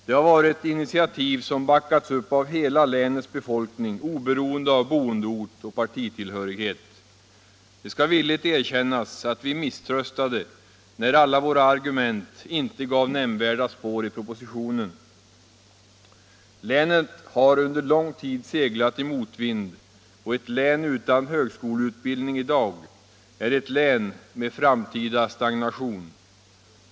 Det har varit initiativ som backats upp av hela länets befolkning, oberoende av boendeort och partitillhörighet. Det skall villigt erkännas att vi misströstade, när alla våra argument inte gav nämnvärda spår i propositionen. Länet har under lång tid seglat i motvind, och ett län utan högskoleutbildning i dag är ett län med framtida stagnation.